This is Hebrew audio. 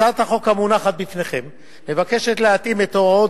הצעת החוק המונחת בפניכם מבקשת להתאים את ההוראות